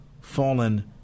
fallen